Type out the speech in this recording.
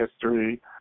history